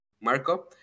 marco